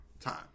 time